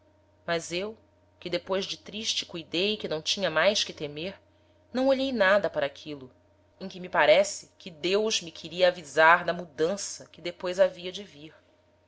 temer não olhei nada para aquilo em que me parece que deus me queria avisar da mudança que depois havia de vir